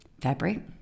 fabric